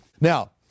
Now